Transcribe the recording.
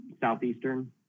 southeastern